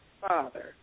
father